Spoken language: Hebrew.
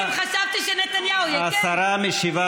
תהיי רצינית